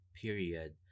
period